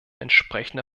entsprechende